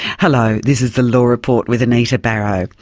hello, this is the law report with anita barraud.